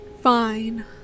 Fine